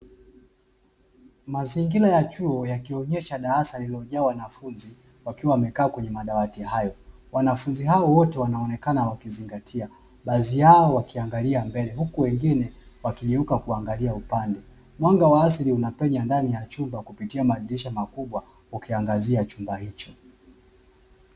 Mazingira ya chuo yakionyesha darasa lilojaa wanafunzi, wakiwa wamekaa kwenye madawati hayo, wanafunzi hao wote wanaonekana wakizingatia, baadhi ya wakiangalia mbele, huku wengine wakigeuka kuangalia upande. Mwanga wa asili unapenya ndani ya chumba kupitia madirisha makubwa ukiangazia chumba hicho.